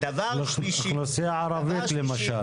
אוכלוסייה ערבית למשל.